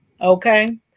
okay